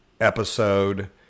episode